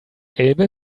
elbe